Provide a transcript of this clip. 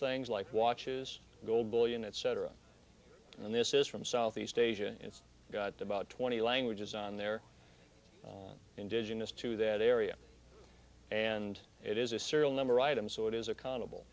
things like watches gold bullion etc and this is from southeast asia it's got about twenty languages on there indigenous to that area and it is a serial number item so it is a constable